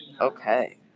Okay